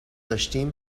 داشتیم